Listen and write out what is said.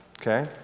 Okay